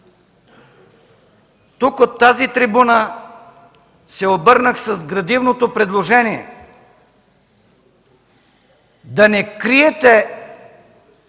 Тук, от трибуната, се обърнах с градивното предложение да не криете